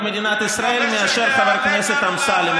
חבר הכנסת אמסלם.